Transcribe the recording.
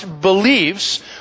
beliefs